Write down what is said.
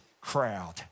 crowd